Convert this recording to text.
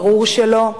ברור שלא.